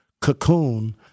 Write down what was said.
cocoon